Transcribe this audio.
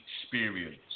experience